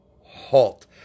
halt